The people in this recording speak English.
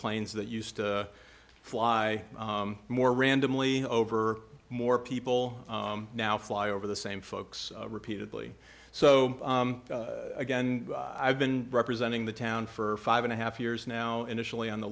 planes that used to fly more randomly over more people now fly over the same folks repeatedly so again i've been representing the town for five and a half years now initially on the